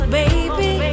baby